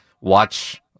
watch